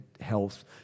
health